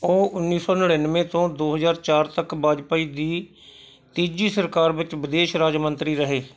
ਉਹ ਉੱਨੀ ਸੌ ਨੜਿਨਵੇਂ ਤੋਂ ਦੋ ਹਜ਼ਾਰ ਚਾਰ ਤੱਕ ਵਾਜਪਾਈ ਦੀ ਤੀਜੀ ਸਰਕਾਰ ਵਿੱਚ ਵਿਦੇਸ਼ ਰਾਜ ਮੰਤਰੀ ਰਹੇ